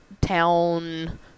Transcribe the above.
town